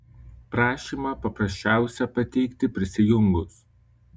prašymą paprasčiausia pateikti prisijungus